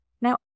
Now